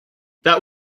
that